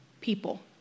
people